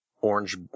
orange